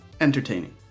entertaining